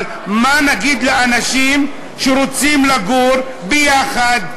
אבל מה נגיד לאנשים שרוצים לגור ביחד,